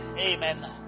Amen